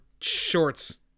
shorts